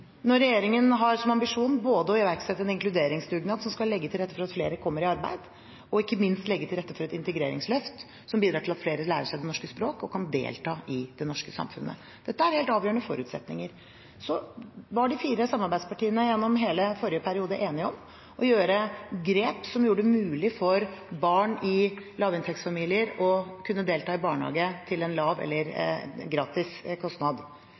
når regjeringen har som ambisjon å iverksette en inkluderingsdugnad som skal legge til rette for at flere kommer i arbeid, og ikke minst legge til rette for et integreringsløft som bidrar til at flere lærer seg det norske språket og kan delta i det norske samfunnet. Dette er helt avgjørende forutsetninger. Så var de fire samarbeidspartiene gjennom hele forrige periode enige om å gjøre grep som gjorde det mulig for barn i lavinntektsfamilier å kunne delta i barnehage til en lav kostnad eller gratis.